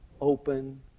open